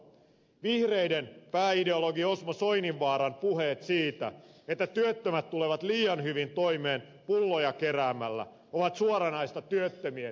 vihreiden pääideologin osmo soininvaaran puheet siitä että työttömät tulevat liian hyvin toimeen pulloja keräämällä ovat suoranaista työttömien pilkkaamista